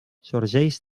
sorgeix